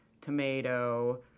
tomato